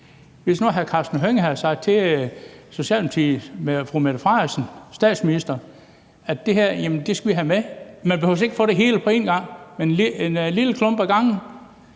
Hvis nu hr. Karsten Hønge havde sagt til Socialdemokratiet, til statsministeren, at det her skulle man have med – man behøver ikke at få det hele på en gang, men en lille klump ad gangen